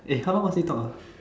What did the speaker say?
eh how long must we talk ah